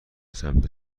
سمت